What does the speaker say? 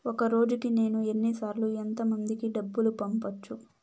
ఒక రోజుకి నేను ఎన్ని సార్లు ఎంత మందికి డబ్బులు పంపొచ్చు?